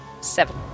Seven